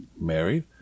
married